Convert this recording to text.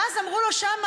ואז אמרו לו שם,